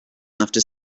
after